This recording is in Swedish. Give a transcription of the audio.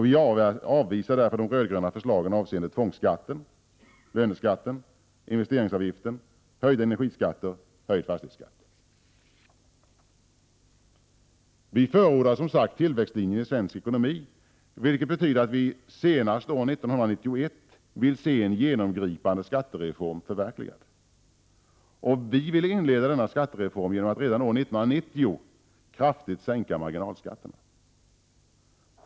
Vi avvisar därför de röd-gröna förslagen avseende tvångsskatten, löneskatten, investeringsavgiften, höjda energiskatter och höjd fastighetsskatt. Vi förordar, som sagt, tillväxtlinjen i svensk ekonomi, vilket betyder att vi senast år 1991 vill se en genomgripande skattereform förverkligad. Vi vill inleda denna skattereform genom att redan år 1990 kraftigt sänka marginalskatterna.